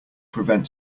prevent